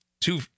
two